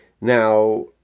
Now